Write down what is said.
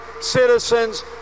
citizens